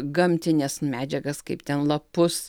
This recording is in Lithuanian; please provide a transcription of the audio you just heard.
gamtines medžiagas kaip ten lapus